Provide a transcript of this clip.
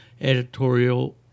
editorial